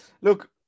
look